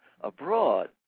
abroad